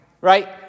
right